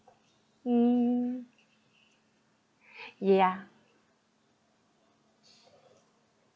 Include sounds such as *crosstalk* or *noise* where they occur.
mm *breath* yeah